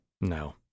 No